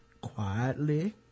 Quietly